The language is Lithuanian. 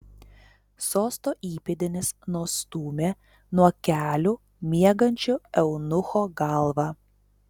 sosto įpėdinis nustūmė nuo kelių miegančio eunucho galvą